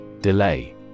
Delay